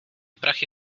prachy